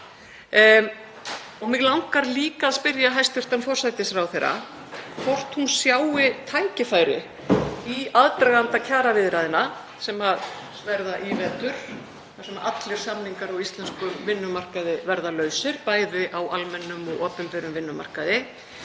Mig langar líka til að spyrja hæstv. forsætisráðherra hvort hún sjái tækifæri í aðdraganda kjaraviðræðna, sem verða í vetur, þar sem allir samningar á íslenskum vinnumarkaði verða lausir, bæði á almennum og opinberum vinnumarkaði,